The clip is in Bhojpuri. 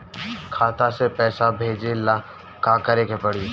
खाता से पैसा भेजे ला का करे के पड़ी?